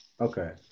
Okay